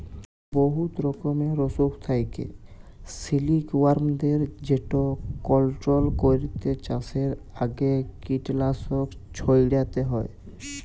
বহুত রকমের অসুখ থ্যাকে সিলিকওয়ার্মদের যেট কলট্রল ক্যইরতে চাষের আগে কীটলাসক ছইড়াতে হ্যয়